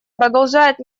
продолжает